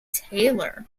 taylor